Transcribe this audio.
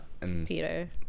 Peter